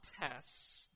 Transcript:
tests